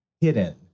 hidden